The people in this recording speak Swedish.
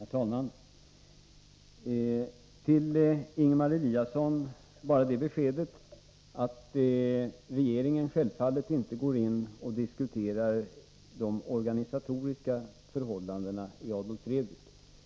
Herr talman! Jag vill till Ingemar Eliasson ge det beskedet att regeringen självfallet inte går in och diskuterar de organisatoriska förhållandena i Adolf Fredrik.